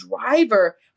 driver